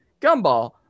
Gumball